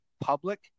public